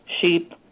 sheep